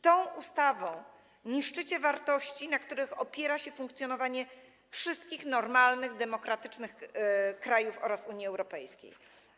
Tą ustawą niszczycie wartości, na których opiera się funkcjonowanie wszystkich normalnych, demokratycznych krajów oraz Unii Europejskiej.